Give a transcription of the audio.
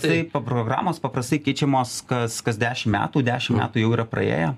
tai programos paprastai keičiamos kas kas dešimt metų dešimt metų jau yra praėję